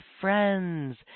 friends